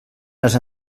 les